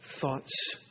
thoughts